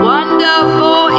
Wonderful